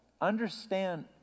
understand